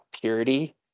purity